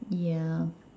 yeah